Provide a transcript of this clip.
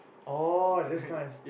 oh that's nice